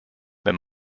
wenn